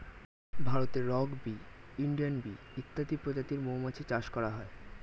ভারতে rock bee, Indian bee ইত্যাদি প্রজাতির মৌমাছি চাষ করা হয়